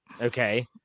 okay